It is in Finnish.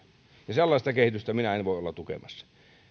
sellaista kehitystä minä en voi olla tukemassa